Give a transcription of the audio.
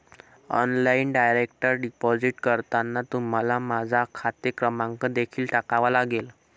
online direct deposit करताना तुम्हाला माझा खाते क्रमांक देखील टाकावा लागेल